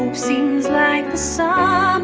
seems like the so